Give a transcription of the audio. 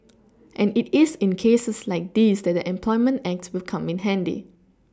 and it is in cases like these that the employment act will come in handy